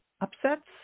upsets